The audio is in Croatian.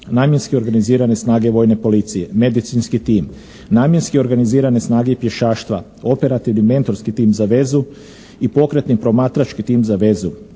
namjenski organizirane snage Vojne policije, medicinski tim, namjenski organizirane snage i pješaštva, operativni mentorski tim za vezu i pokretni promatrački tim za vezu.